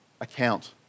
account